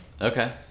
Okay